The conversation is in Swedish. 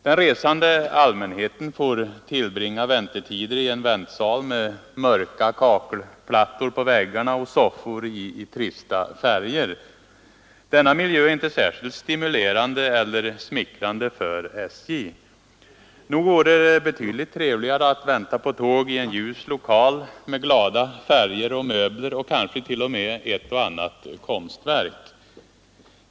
Den resande allmänheten får tillbringa väntetider i en väntsal med mörka kakelplattor på väggarna och soffor i trista färger. Denna miljö är inte särskilt stimulerande eller smickrande för SJ. Nog vore det betydligt trevligare att vänta på tåg i en ljus lokal med glada färger och möbler och kanske t.o.m. ett och annat konstverk.